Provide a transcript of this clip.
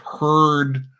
heard